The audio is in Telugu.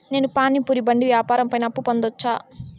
నేను పానీ పూరి బండి వ్యాపారం పైన అప్పు పొందవచ్చా?